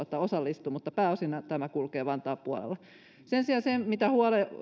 osallistuu niin pääosinhan tämä kulkee vantaan puolella sen sijaan se mitä